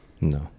No